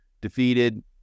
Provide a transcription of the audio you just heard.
defeated